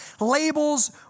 Labels